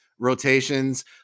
Rotations